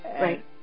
Right